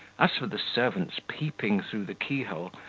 as for the servants peeping through the key-hole,